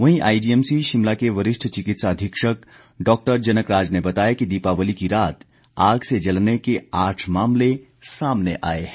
वहीं आईजीएमसी शिमला के वरिष्ठ चिकित्सा अधीक्षक डॉक्टर जनक राज ने बताया कि दीपावली की रात आग से जलने के आठ मामले सामने आए है